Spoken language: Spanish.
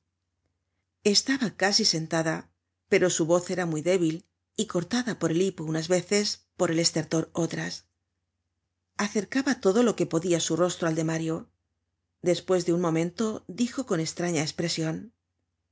estaba casi sentada pero su voz era muy débil y cortada por el hipo unas veces por el estertor otras acercaba todo loque podia su rostro al de mario despues de un momento dijo con estraña espresion